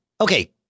Okay